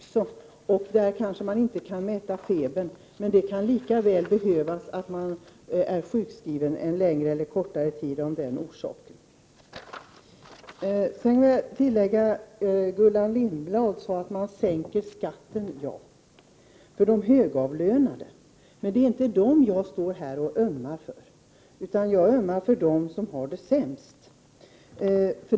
Man kanske inte kan mäta febern där. Men det kan lika väl behövas att man är sjukskriven en längre eller kortare tid av den orsaken. Gullan Lindblad sade att man sänker skatten — ja, för de högavlönade. Men det är inte dem jag ömmar för. Jag ömmar för dem som har det sämst.